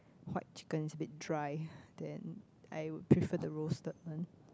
white chicken is a bit dry then I would prefer the roasted one